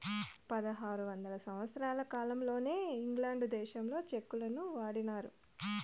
పదహారు వందల సంవత్సరాల కాలంలోనే ఇంగ్లాండ్ దేశంలో చెక్కులను వాడినారు